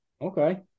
okay